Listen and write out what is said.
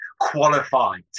Qualified